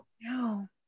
no